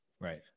Right